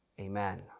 Amen